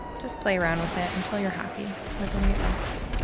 just play around with it until you're happy with the way it looks.